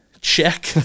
check